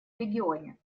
регионе